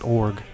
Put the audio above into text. org